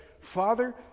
Father